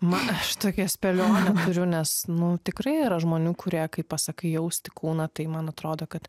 na aš tokią spėlionę turiu nes nu tikrai yra žmonių kurie kaip pasakai jausti kūną tai man atrodo kad